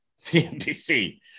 cnbc